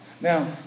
Now